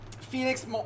Phoenix